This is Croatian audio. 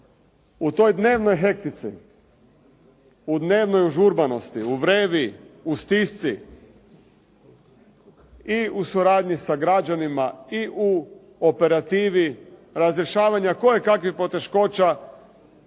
U toj dnevnoj hektici, u dnevnoj užurbanosti, u vrevi, u stisci i u suradnji sa rađanim, i u operativi razrješavanja koje kakvih poteškoća